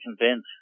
convince